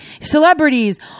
celebrities